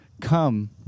come